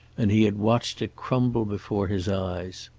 and he had watched it crumble before his eyes.